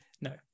No